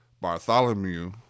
bartholomew